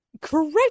correct